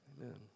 Amen